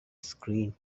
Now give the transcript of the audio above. screen